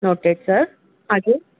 okay sir آگے